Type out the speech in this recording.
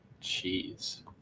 cheese